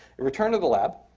it returned to the lab.